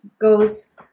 goes